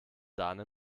sahne